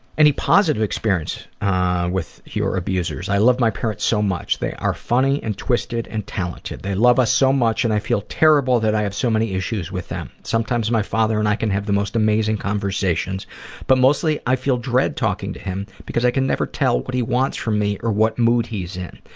positive experience with your abusers? i love my parents so much. they are funny and twisted and talented. they love us so much and i feel terrible that i have so many issues with them. sometimes my father and i can have the most amazing conversations but mostly i feel dread talking to him because i can never tell what he wants from me or what mood he is in.